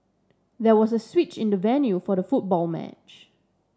there was a switch in the venue for the football match